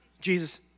Jesus